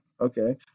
okay